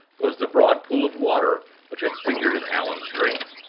was the broad pool of water which had figured in allan's dream!